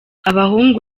abahungu